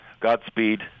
Godspeed